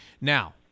now